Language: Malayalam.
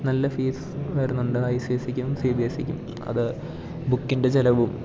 നല്ല ഫീസ് വരുന്നുണ്ട് ഐ സി എസ് സിക്കും സി ബി എസ് സിക്കും അത് ബുക്കിൻ്റെ ചിലവും